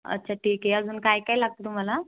अच्छा ठीक आहे अजून काय काय लागतं तुम्हाला